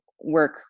work